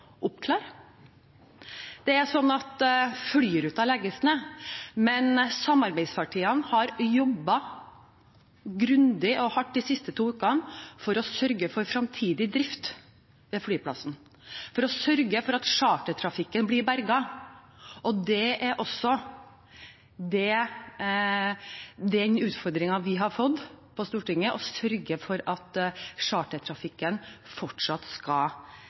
Det er sånn at flyruten legges ned, men samarbeidspartiene har jobbet grundig og hardt de siste to ukene for å sørge for fremtidig drift ved flyplassen, for å sørge for at chartertrafikken blir berget. Det er også den utfordringen vi har fått på Stortinget – å sørge for at chartertrafikken fortsatt skal